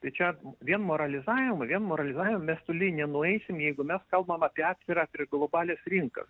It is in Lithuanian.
tai čia vien moralizavimu vien moralizuovimu mes toli nenueisime jeigu mes kalbame apie atviras ir globalias rinkas